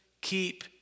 keep